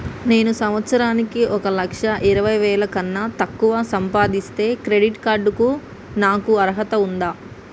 నేను సంవత్సరానికి ఒక లక్ష ఇరవై వేల కన్నా తక్కువ సంపాదిస్తే క్రెడిట్ కార్డ్ కు నాకు అర్హత ఉందా?